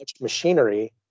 machinery